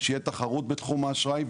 שתהיה תחרות בתחום האשראי,